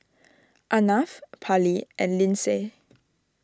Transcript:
Arnav Parley and Lyndsay